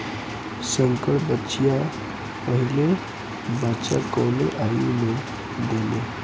संकर बछिया पहिला बच्चा कवने आयु में देले?